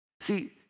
See